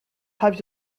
have